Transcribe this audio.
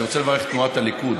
אני רוצה לברך את תנועת הליכוד.